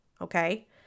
Okay